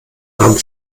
haben